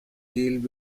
dealt